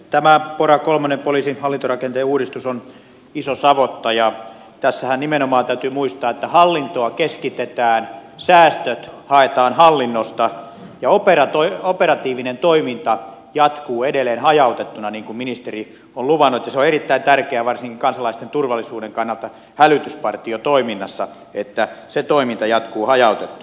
tämä pora kolmonen poliisin hallintorakenteen uudistus on iso savotta ja tässähän nimenomaan täytyy muistaa että hallintoa keskitetään säästöt haetaan hallinnosta ja operatiivinen toiminta jatkuu edelleen hajautettuna niin kuin ministeri on luvannut ja se on erittäin tärkeää varsinkin kansalaisten turvallisuuden kannalta hälytyspartiotoiminnassa että se toiminta jatkuu hajautettuna